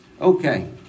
Okay